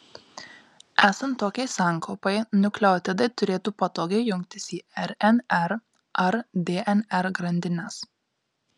esant tokiai sankaupai nukleotidai turėtų patogiai jungtis į rnr ar dnr grandines